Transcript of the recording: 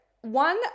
one